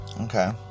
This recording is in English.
okay